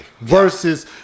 Versus